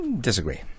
Disagree